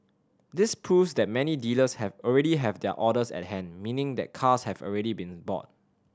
this proves that many dealers have already have their orders at hand meaning that cars have already been bought